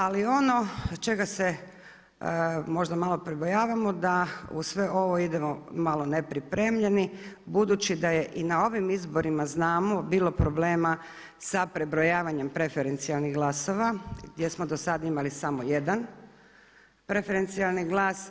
Ali ono čega se možda malo pribojavamo da uz sve ovo idemo malo nepripremljeni budući da je i na ovim izborima znamo bilo problema sa prebrojavanjem preferencijalnih glasova jer smo do sad imali samo jedan preferencijalni glas.